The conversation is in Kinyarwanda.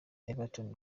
everton